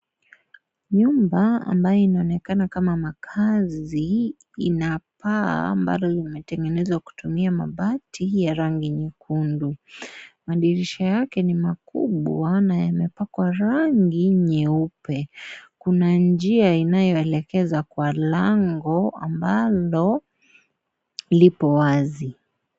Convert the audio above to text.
Nyumba inayoonekana kama makaazi ina paa ambayo limetengenezwa kutumia mabati ya rangi nyekundu. Madirisha yake ni makubwa na yamepakwa rangi nyeupe, Kuna njia inayoelekeza kwa lango ambalo liko wazi.